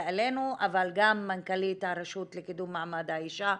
אלינו וגם מנכ"לית הרשות לקידום מעמד האישה,